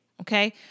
Okay